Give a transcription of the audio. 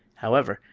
however,